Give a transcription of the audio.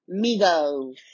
Migos